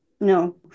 no